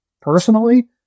personally